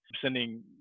Sending